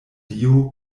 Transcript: dio